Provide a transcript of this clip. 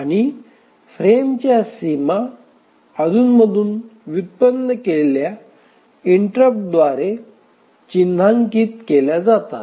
आणि फ्रेमच्या सीमा अधून मधून व्युत्पन्न केलेल्या इंटरप्टद्वारे चिन्हांकित केल्या जातात